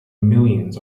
millions